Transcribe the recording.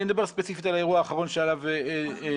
אני מדבר ספציפית על האירוע האחרון שעליו דובר.